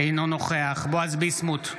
אינו נוכח בועז ביסמוט,